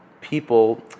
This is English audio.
people